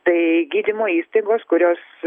tai gydymo įstaigos kurios